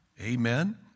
Amen